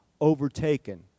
overtaken